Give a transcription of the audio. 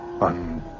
on